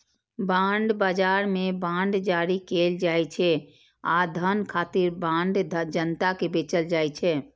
bond बाजार मे bond जारी कैल जाइ छै आ धन खातिर बांड जनता कें बेचल जाइ छै